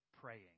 praying